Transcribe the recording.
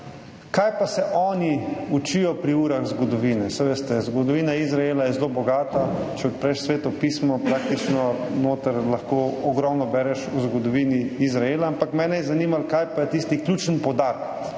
kaj pa se oni učijo pri urah zgodovine. Saj veste, zgodovina Izraela je zelo bogata. Če odpreš Sveto pismo praktično notri lahko ogromno bereš o zgodovini Izraela. Ampak mene je zanimalo, kaj pa je tisti ključni poudarek.